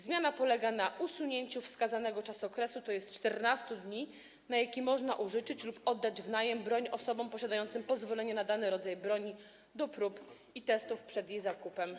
Zmiana polega na usunięciu wskazanego okresu, tj. 14 dni, na jaki można użyczyć lub oddać w najem broń osobom posiadającym pozwolenie na dany rodzaj broni do prób i testów przed jej zakupem.